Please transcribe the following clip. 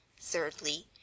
Thirdly